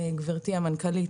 גברתי המנכ"לית,